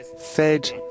fed